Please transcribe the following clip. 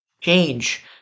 change